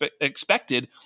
expected